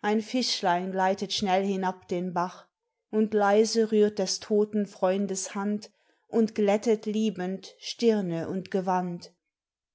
ein fischlein gleitet schnell hinab den bach und leise rührt des toten freundes hand und glättet liebend stirne und gewand